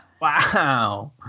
Wow